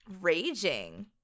raging